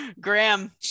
Graham